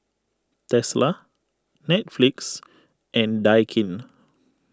Tesla Netflix and Daikin